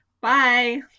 Bye